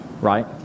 right